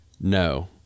No